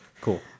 cool